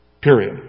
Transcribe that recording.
Period